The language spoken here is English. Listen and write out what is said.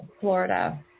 Florida